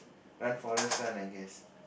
run forest run I guess